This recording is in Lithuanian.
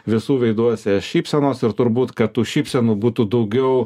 visų veiduose šypsenos ir turbūt kad tų šypsenų būtų daugiau